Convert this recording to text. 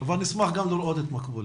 נשמח גם לראות את מקבולה.